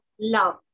love